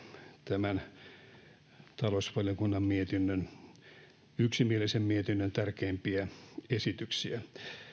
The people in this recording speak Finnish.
tämän talousvaliokunnan yksimielisen mietinnön tärkeimpiä esityksiä